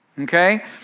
okay